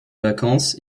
vacances